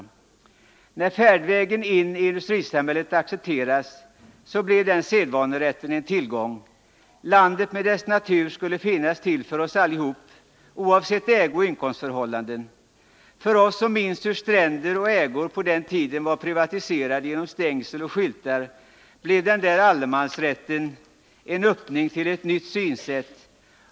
När färdvägen in i industrisamhället accepterats blev den sedvanerätten en tillgång. Landet med dess natur skulle finnas till för oss allihop, oavsett ägooch inkomstförhållanden. För oss som minns hur stränder och ägor på den tiden var privatiserade genom stängsel och skyltar blev den där allemansrätten en öppning till ett nytt synsätt.